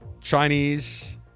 Chinese